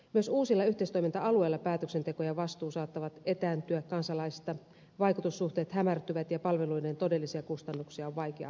myös uusilla yhteistoiminta alueilla päätöksenteko ja vastuu saattavat etääntyä kansalaisista vaikutussuhteet hämärtyvät ja palveluiden todellisia kustannuksia on vaikea hahmottaa